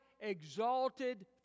exalted